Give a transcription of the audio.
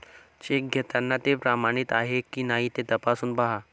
check घेताना ते प्रमाणित आहे की नाही ते तपासून पाहा